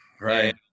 right